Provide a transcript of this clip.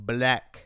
Black